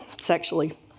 sexually